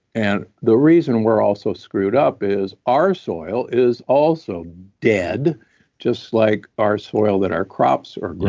and the reason we're all so screwed up is our soil is also dead just like our soil that our crops are